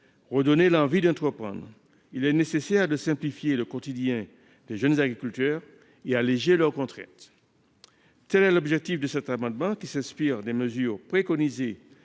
redonner l’envie d’entreprendre, il est donc nécessaire de simplifier le quotidien des jeunes agriculteurs et d’alléger leurs contraintes. Tel est l’objet de cet amendement, inspiré des mesures préconisées